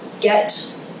get